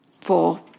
four